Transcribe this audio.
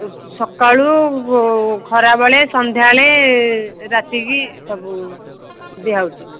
ସକାଳୁ ଖରାବେଳେ ସନ୍ଧ୍ୟା ବେଳେ ରାତିକି ସବୁ ଦିଆ ଯାଉଛି